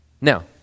Now